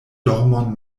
dormon